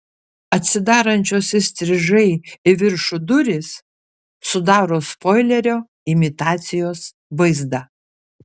atsidarančios įstrižai į viršų durys sudaro spoilerio imitacijos vaizdą